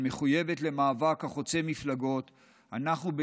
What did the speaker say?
שמחויבת למאבק החוצה מפלגות אנחנו,